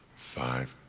five,